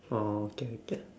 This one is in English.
oh okay okay